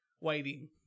waiting